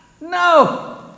no